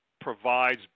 provides